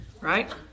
right